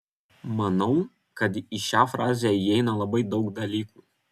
manau kad į šią frazę įeina labai daug dalykų